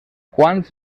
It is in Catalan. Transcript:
quants